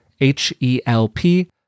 H-E-L-P